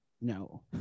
no